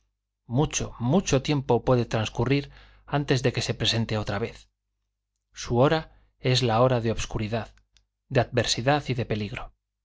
mucho mucho tiempo puede transcurrir antes de que se presente otra vez su hora es la hora de obscuridad de adversidad y de peligro